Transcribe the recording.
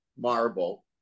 marble